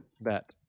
bet